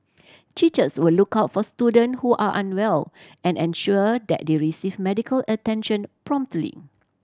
teachers will look out for student who are unwell and ensure that they receive medical attention promptly